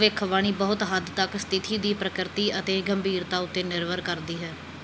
ਭਵਿੱਖਬਾਣੀ ਬਹੁਤ ਹੱਦ ਤੱਕ ਸਥਿਤੀ ਦੀ ਪ੍ਰਕਰਤੀ ਅਤੇ ਗੰਭੀਰਤਾ ਉੱਤੇ ਨਿਰਭਰ ਕਰਦੀ ਹੈ